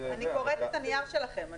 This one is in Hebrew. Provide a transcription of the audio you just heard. אני קוראת את הנייר שלכם.